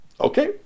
Okay